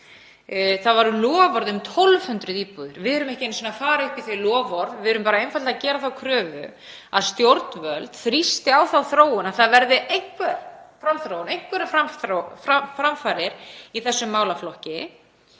Það var loforð um 1.200 íbúðir. Við erum ekki einu sinni að fara upp í þau loforð, við erum einfaldlega að gera þá kröfu að stjórnvöld þrýsti á þá þróun að það verði einhver framþróun, einhverjar framfarir í þessum málaflokki.